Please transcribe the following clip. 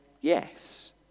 yes